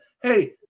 hey